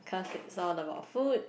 cause it's all about food